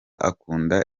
akunda